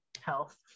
health